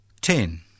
ten